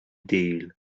deal